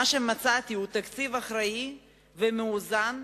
מה שמצאתי הוא תקציב אחראי ומאוזן,